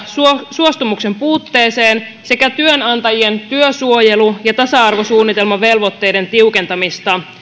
suostumuksen puutteeseen sekä työnantajien työsuojelu ja tasa arvosuunnitelman velvoitteiden tiukentamista